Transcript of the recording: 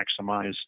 maximize